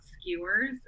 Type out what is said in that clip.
skewers